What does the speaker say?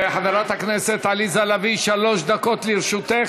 חברת הכנסת עליזה לביא, שלוש דקות לרשותך.